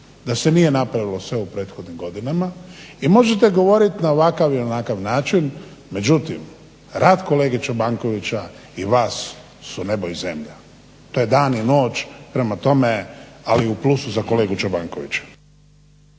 da se nije napravilo sve u prethodnim godinama i možete govorit na ovakav i onakav način. Međutim, rad kolege Čobankovića i vas su nebo i zemlja. To je dan i noć, prema tome ali u plusu za kolegu Čobankovića.